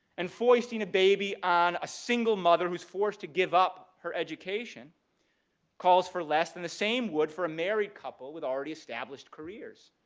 and foisting a baby on a single mother who's forced to give up her education calls for less than the same would for a married couple with already established careers.